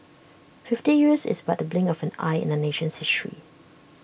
fifty years is but the blink of an eye in A nation's